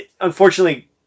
unfortunately